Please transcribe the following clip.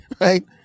right